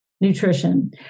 nutrition